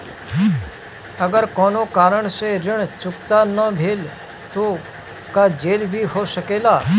अगर कौनो कारण से ऋण चुकता न भेल तो का जेल भी हो सकेला?